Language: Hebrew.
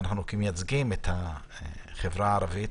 ואנחנו כמייצגים את החברה הערבית